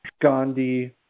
Gandhi